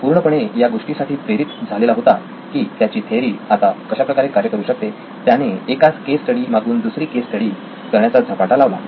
तो पूर्णपणे या गोष्टीसाठी प्रेरित झालेला होता की त्याची थेअरी आता कशा प्रकारे कार्य करू शकते त्याने एका केस स्टडी मागून दुसरी केस स्टडी करण्याचा झपाटा लावला